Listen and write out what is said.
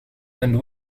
and